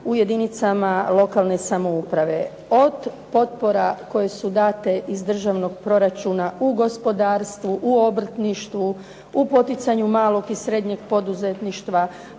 u jedinicama lokalne samouprave od potpora koje su date iz državnog proračuna u gospodarstvu, u obrtništvu, u poticanju malog i srednjeg poduzetništva,